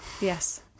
Yes